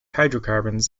hydrocarbons